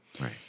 Right